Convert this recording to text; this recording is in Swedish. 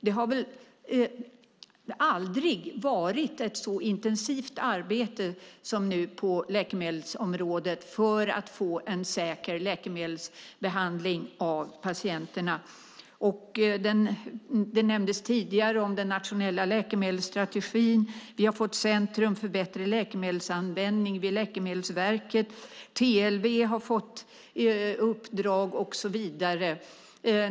Det har väl aldrig varit ett så intensivt arbete som nu på läkemedelsområdet för att man ska få en säker läkemedelsbehandling av patienterna. Den nationella läkemedelsstrategin nämndes tidigare. Vi har fått Centrum för bättre läkemedelsanvändning vid Läkemedelsverket, TLV har fått uppdrag och så vidare.